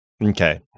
Okay